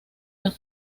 las